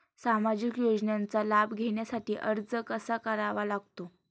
सामाजिक योजनांचा लाभ घेण्यासाठी अर्ज कसा करावा लागतो?